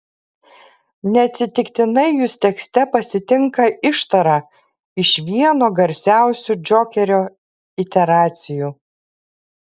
neatsitiktinai jus tekste pasitinka ištara iš vieno garsiausių džokerio iteracijų